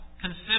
consider